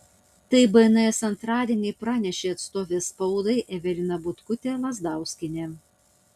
tai bns antradienį pranešė atstovė spaudai evelina butkutė lazdauskienė